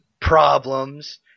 problems